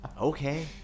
Okay